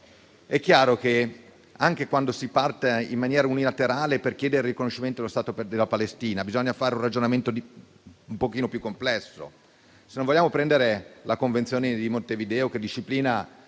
è chiaro che anche quando si parla in maniera unilaterale per chiedere il riconoscimento dello Stato della Palestina, bisogna fare un ragionamento più complesso. Se non vogliamo prendere la Convenzione di Montevideo, che disciplina